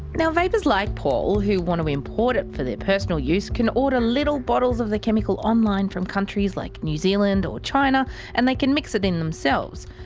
now, vapers like paul who want to import it for their personal use can order little bottles of the chemical online from countries like new zealand or china and they can mix it in themselves.